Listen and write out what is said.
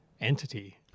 entity